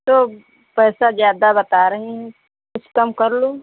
तो पैसा ज़्यादा बता रहीं हैं कुछ कम कर लो